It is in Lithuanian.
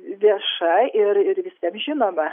vieša ir ir visiem žinoma